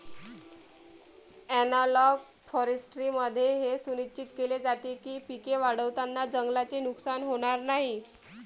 analogue फॉरेस्ट्रीमध्ये हे सुनिश्चित केले जाते की पिके वाढवताना जंगलाचे नुकसान होणार नाही